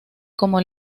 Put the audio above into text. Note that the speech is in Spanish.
como